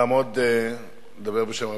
לעמוד ולדבר בשם רבים.